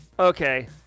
Okay